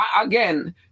again